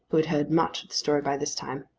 who had heard much of the story by this time.